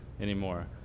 anymore